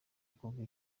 kuva